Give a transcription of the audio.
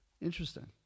Interesting